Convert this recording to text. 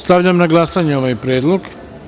Stavljam na glasanje ovaj predlog.